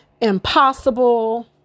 impossible